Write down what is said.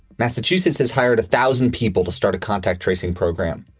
massachusetts has hired a thousand people to start a contact tracing program.